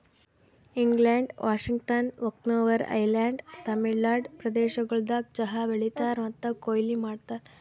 England, Washington, Vancouver Island, Tamil Nadu ಪ್ರದೇಶಗೊಳ್ದಾಗ್ ಚಹಾ ಬೆಳೀತಾರ್ ಮತ್ತ ಕೊಯ್ಲಿ ಮಾಡ್ತಾರ್